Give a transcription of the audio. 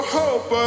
hope